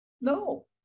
no